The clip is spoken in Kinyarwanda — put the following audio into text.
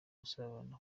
usabana